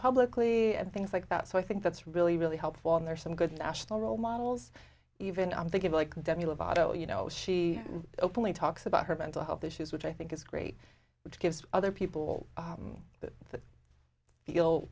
publicly and things like that so i think that's really really helpful and there are some good national role models even i'm thinking like demi lovato you know she openly talks about her mental health issues which i think is great which gives other people that feel